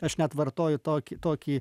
aš net vartoju tokį tokį